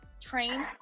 train